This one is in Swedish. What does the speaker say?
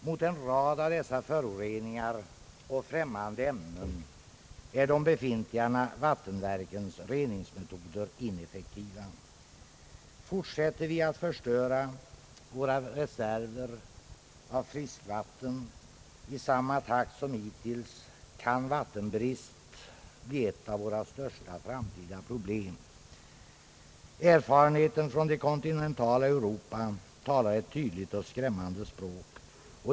Mot en rad av dessa föroreningar och främmande ämnen är de befintliga vattenverkens reningsmetoder ineffektiva. Fortsätter vi att förstöra våra reserver av friskvatten i samma takt som hittills, kan vattenbrist bli ett av våra största framtida problem. Erfarenheten från det kontinentala Europa talar ett tydligt och skrämmande språk.